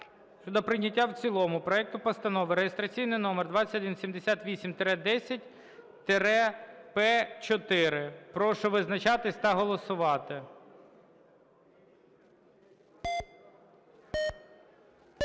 для прийняття в цілому проект Постанови (реєстраційний номер 2178-10-П4). Прошу визначатися та голосувати.